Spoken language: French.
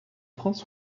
franz